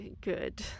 good